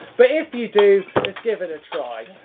but if you do, lets give it a try.